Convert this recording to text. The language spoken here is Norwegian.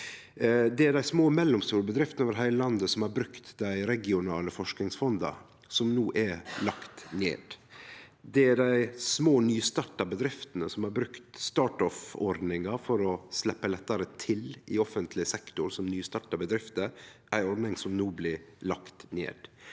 Det er dei små og mellomstore bedriftene over heile landet som har brukt dei regionale forskingsfonda, som no er lagde ned. Det er dei små, nystarta bedriftene som har brukt StartOff-ordninga for å sleppe lettare til i offentleg sektor som nystarta bedrifter, ei ordning som no blir lagd ned.